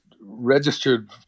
registered